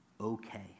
okay